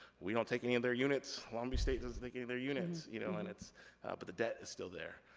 we don't take any of their units. long beach state doesn't take any of their units, you know? and but the debt is still there.